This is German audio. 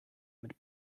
mit